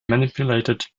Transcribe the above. manipulated